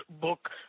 book